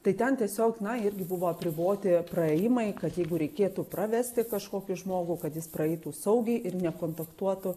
tai ten tiesiog na irgi buvo apriboti praėjimai kad jeigu reikėtų pravesti kažkokį žmogų kad jis praeitų saugiai ir nekontaktuotų